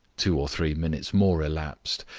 two or three minutes more elapsed,